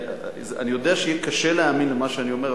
אני יודע שיהיה קשה להאמין למה שאני אומר,